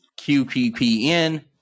QPPN